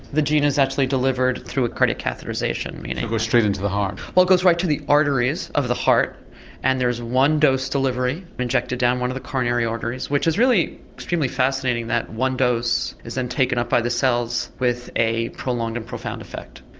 the gene is actually delivered through a cardiac catheterisation. it goes straight into the heart? it goes right to the arteries of the heart and there's one dose delivery injected down one of the coronary arteries which is really extremely fascinating that one dose is then taken up by the cells with a prolonged and profound effect.